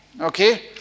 Okay